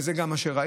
וזה מה שראית,